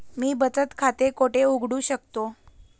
मी बचत खाते कोठे उघडू शकतो?